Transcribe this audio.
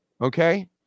okay